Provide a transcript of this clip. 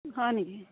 হয় নেকি